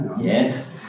Yes